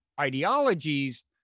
ideologies